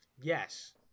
Yes